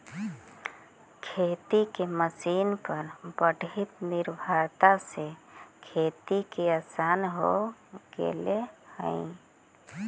खेती के मशीन पर बढ़ीत निर्भरता से खेती आसान हो गेले हई